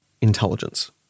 intelligence